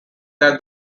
that